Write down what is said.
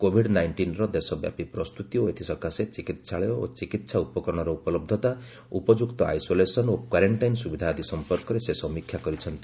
Covid ନାଇଷ୍ଟିନ୍ର ଦେଶବ୍ୟାପୀ ପ୍ରସ୍ତୁତି ଓ ଏଥିସକାଶେ ଚିକିତ୍ସାଳୟ ଓ ଚିକିତ୍ସା ଉପକରଣର ଉପଲହ୍ଧତା ଉପଯୁକ୍ତ ଆଇସୋଲେସନ୍ ଓ କ୍ୱାରେଷ୍ଟାଇନ ସୁବିଧା ଆଦି ସମ୍ପର୍କରେ ସେ ସମୀକ୍ଷା କରିଛନ୍ତି